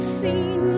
seen